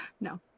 No